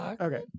Okay